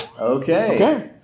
Okay